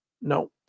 no